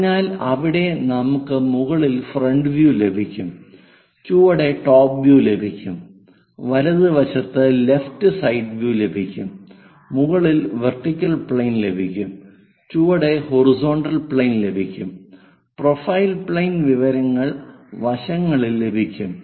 അതിനാൽ അവിടെ നമുക്ക് മുകളിൽ ഫ്രണ്ട് വ്യൂ ലഭിക്കും ചുവടെ ടോപ് വ്യൂ ലഭിക്കും വലതുവശത്ത് ലെഫ്റ്റ് സൈഡ് വ്യൂ ലഭിക്കും മുകളിൽ വെർട്ടിക്കൽ പ്ലെയിൻ ലഭിക്കും ചുവടെ ഹൊറിസോണ്ടൽ പ്ലെയിൻ ലഭിക്കും പ്രൊഫൈൽ പ്ലെയിൻ വിവരങ്ങൾ വശങ്ങളിൽ ലഭിക്കും